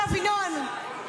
ינון,